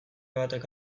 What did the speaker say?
batek